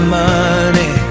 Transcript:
money